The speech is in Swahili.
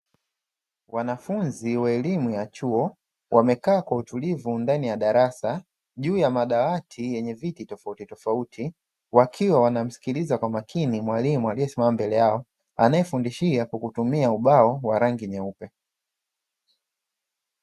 Wanafunzi wa elimu ya chuo, wamekaa kwa utulivu ndani ya darasa, juu ya madawati yenye viti tofautitofauti, wakiwa wanamsikiliza kwa makini mwalimu aliyesimama mbele yao, anayefundishia kwa kutumia ubao wa rangi nyeupe.